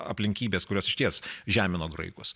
aplinkybės kurios išties žemino graikus